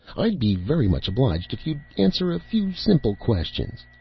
i'd be very much obliged if you'd answer a few simple questions.